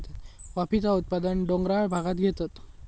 कॉफीचा उत्पादन डोंगराळ भागांत घेतत